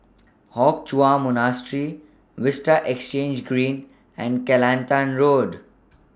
Hock Chuan Monastery Vista Exhange Green and Kelantan Road